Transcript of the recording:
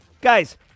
Guys